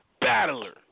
battler